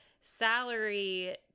salary